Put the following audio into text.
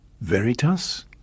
veritas